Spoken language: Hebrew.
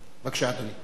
בבקשה, אדוני.